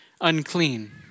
unclean